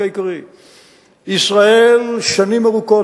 כי אתה לא רוצה,